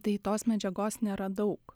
tai tos medžiagos nėra daug